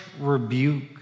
rebuke